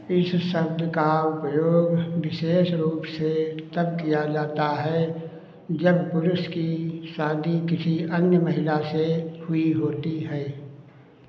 इस शब्द का उपयोग विशेष रूप से तब किया जाता है जब पुरुष की शादी किसी अन्य महिला से हुई होती है